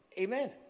Amen